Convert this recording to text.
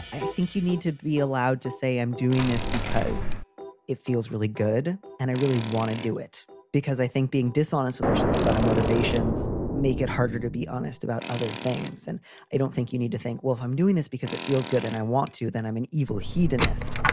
i think you need to be allowed to say i'm doing this because it feels really good and i really want to do it because i think being dishonest with ourselves about our motivations make it harder to be honest about other things. and i don't think you need to think, well, i'm doing this because it feels good and i want to then i'm an evil hedonist.